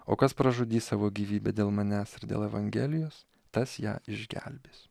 o kas pražudys savo gyvybę dėl manęs ir dėl evangelijos tas ją išgelbės